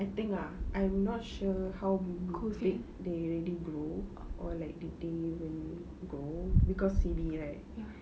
I think ah I'm not sure how good they they grow or like did they even grow cause C_B right